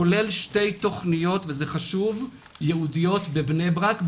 כולל שתי תכניות ייעודיות בבני-ברק,